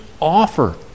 offer